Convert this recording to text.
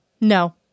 No